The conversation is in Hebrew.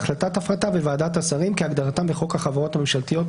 "החלטת הפרטה" ו"ועדת השרים" כהגדרתם בחוק החברות הממשלתיות,